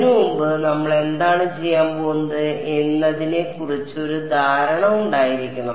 അതിനുമുമ്പ് നമ്മൾ എന്താണ് ചെയ്യാൻ പോകുന്നത് എന്നതിനെക്കുറിച്ച് ഒരു ധാരണ ഉണ്ടായിരിക്കണം